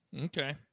Okay